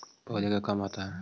पौधे का काम आता है?